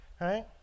right